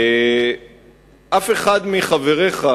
אף אחד מחבריך,